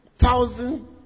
thousand